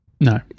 No